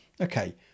okay